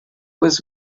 was